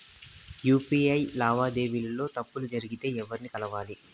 UPI లావాదేవీల లో తప్పులు జరిగితే ఎవర్ని కలవాలి?